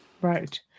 Right